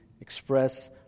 express